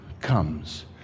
comes